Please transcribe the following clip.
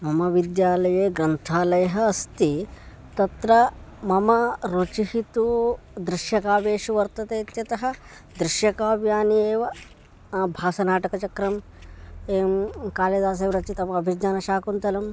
मम विद्यालये ग्रन्थालयः अस्ति तत्र मम रुचिः तु दृष्यकाव्येषु वर्तते इत्यतः दृष्यकाव्यानि एव भासनाटकचक्रम् एवं कालिदासविरचितम् अभिज्ञानशाकुन्तलम्